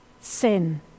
Sin